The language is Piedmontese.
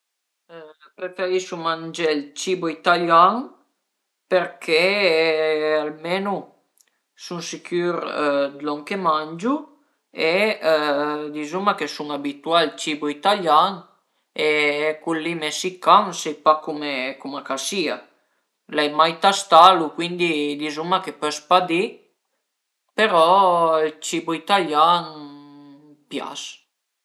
Preferisu mangé ël cibo italian perché almenu sun sicür d'lon che mangiu e dizuma che sun abituà al cibo italian e cul li messican sai pa cume cuma ch'a sia, l'ai mai tastalu cuindi dizuma che pös pa di però ël cibo italian a m'pias